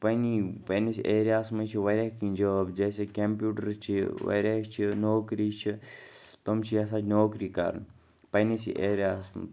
پنٛنی پںٛنِس ایریا ہَس منٛز چھِ واریاہ کینٛہہ جاب جیسے کمپیوٗٹر چھِ واریاہ چھِ نوکری چھِ تِم چھِ یَژھان نوکری کَرُن پنٛنِسٕے ایریا ہَس منٛز